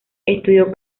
estudió